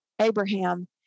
Abraham